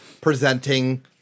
presenting